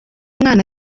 mwana